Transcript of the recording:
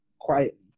quietly